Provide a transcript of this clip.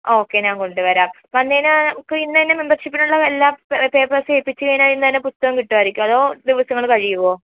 ആ ഓക്കെ ഞാൻ കൊണ്ടുവരാം വന്ന് കഴിഞ്ഞാൽ അപ്പോൾ ഇന്ന് തന്നെ മെമ്പർഷിപ്പിനുള്ള എല്ലാ പേപ്പേഴ്സും എത്തിച്ച് കഴിഞ്ഞാൽ ഇന്ന് തന്നെ പുസ്തകം കിട്ടുമായിരിക്കുമോ അതോ ദിവസങ്ങൾ കഴിയുമോ